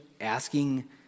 asking